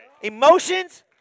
Emotions